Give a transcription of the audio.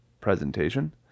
presentation